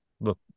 look